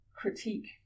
critique